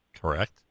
Correct